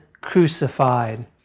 crucified